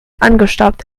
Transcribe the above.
angestaubt